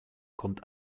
kommt